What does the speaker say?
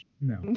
No